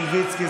מלביצקי,